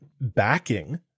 backing